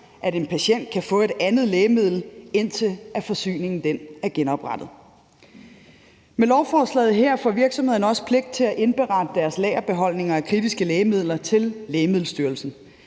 at en patient kan få et andet lægemiddel, indtil forsyningen er genoprettet. Med lovforslaget her får virksomhederne også pligt til at indberette deres lagerbeholdninger af kritiske lægemidler til Lægemiddelstyrelsen.